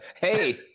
hey